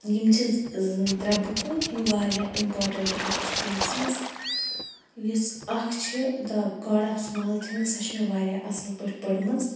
یِم چھِ زٕ ترٛےٚ بُکہٕ یِم واریاہ اِمپاٹنٹ بُکہٕ چھِ تٔمۍ سٕنٛز یۄس اکھ چھِ the God of Small Things سۄ چھ مےٚ واریاہ اصل پٲٹھۍ پٔرمٕژ